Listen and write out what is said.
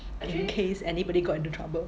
in case anybody got into trouble